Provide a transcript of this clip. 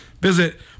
Visit